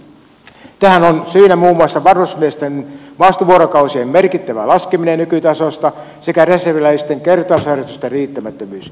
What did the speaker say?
tähän on syynä muun muassa varusmiesten maastovuorokausien merkittävä laskeminen nykytasosta sekä reserviläisten kertausharjoitusten riittämättömyys